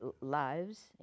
lives